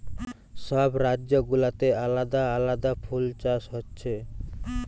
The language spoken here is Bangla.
সব রাজ্য গুলাতে আলাদা আলাদা ফুল চাষ হচ্ছে